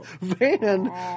van